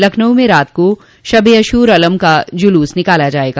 लखनऊ में रात को शब ए आशूर अलम का जुलूस निकाला जायेगा